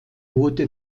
wurde